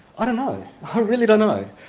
i don't know. i really don't know.